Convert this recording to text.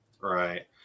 right